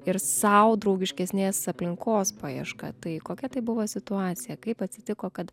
ir sau draugiškesnės aplinkos paieška tai kokia tai buvo situacija kaip atsitiko kad